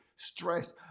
stress